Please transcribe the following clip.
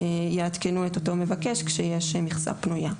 יעדכנו את אותו מבקש כשיש מכסה פנויה.